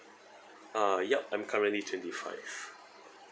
uh yup I'm currently twenty five